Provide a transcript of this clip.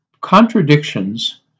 contradictions